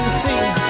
see